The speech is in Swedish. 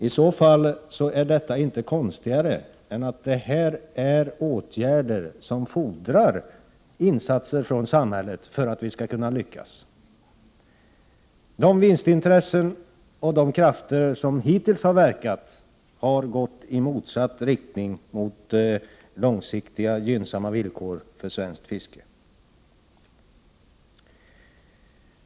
Det är inte konstigare än att det här rör åtgärder som fordrar insatser från samhället för att vi skall kunna lyckas. De vinstintressen och de krafter som hittills har verkat har gått i motsatt riktning mot långsiktiga gynnsamma villkor för svenskt fiske.